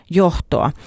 johtoa